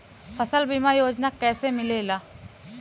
फसल बीमा योजना कैसे मिलेला?